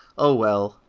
oh well,